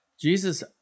Jesus